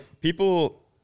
people